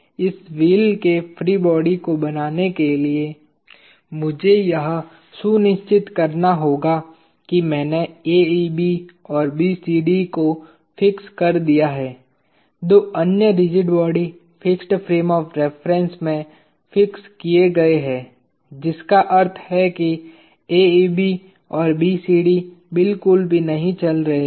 इस व्हील के free body को बनाने के लिए मुझे यह सुनिश्चित करना होगा कि मैने AEB और BCD को फिक्स कर दिया है दो अन्य rigid body fixed frame of reference में फिक्स किए गए हैं जिसका अर्थ है कि AEB और BCD बिल्कुल भी नहीं चल रहे हैं